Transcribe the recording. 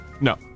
No